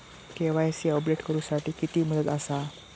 KYC update करू साठी किती मुदत आसा?